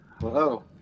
Hello